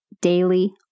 daily